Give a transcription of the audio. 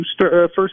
first